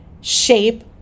shape